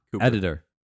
editor